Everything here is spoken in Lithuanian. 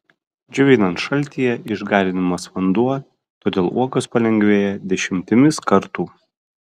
džiovinant šaltyje išgarinamas vanduo todėl uogos palengvėja dešimtimis kartų